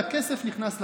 והכסף נכנס לבנק,